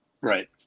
Right